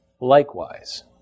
likewise